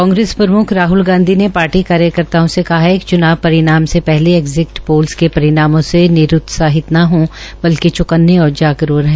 कांग्रेस प्रम्ख राहल गांधी ने शार्टी कार्यकर्ताओं से कहा है कि चुनाव शरिणाम से हले एग्जिट ोल के रिणामों ये निरूत्साहित न हो बलिक चौकने और जागरूक रहे